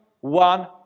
One